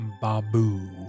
Babu